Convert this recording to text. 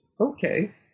Okay